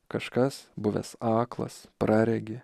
kažkas buvęs aklas praregi